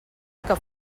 que